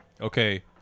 okay